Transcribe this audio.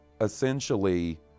essentially